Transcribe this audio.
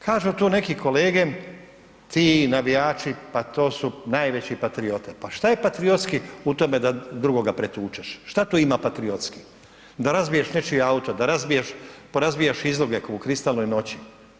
Kažu tu neki kolege, ti navijači pa to su najveće patriote, pa što je patriotski u tome da drugoga pretučeš, šta tu ima patriotski, da razbiješ nečiji auto, da porazbijaš izloge ko u kristalnoj noći?